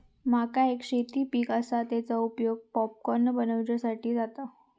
मका एक शेती पीक आसा, तेचो उपयोग पॉपकॉर्न बनवच्यासाठी जाता